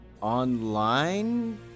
online